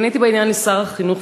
פניתי בעניין לשר החינוך,